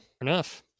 enough